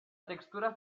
textura